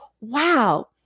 wow